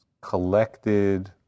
collected